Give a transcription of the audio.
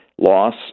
loss